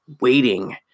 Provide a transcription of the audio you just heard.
waiting